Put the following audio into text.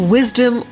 Wisdom